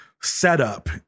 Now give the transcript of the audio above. setup